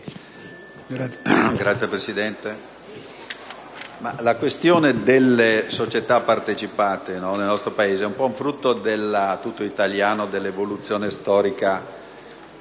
Signor Presidente, la questione delle società partecipate nel nostro Paese è un po' il frutto tutto italiano dell'evoluzione storica,